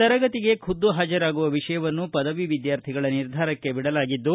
ತರಗತಿಗೆ ಖುದ್ದು ಹಾಜರಾಗುವ ವಿಷಯವನ್ನು ಪದವಿ ವಿದ್ಯಾರ್ಥಿಗಳ ನಿರ್ಧಾರಕ್ಕೆ ಬಿಡಲಾಗಿದ್ದು